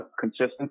consistency